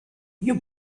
you